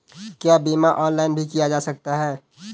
क्या बीमा ऑनलाइन भी किया जा सकता है?